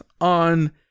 on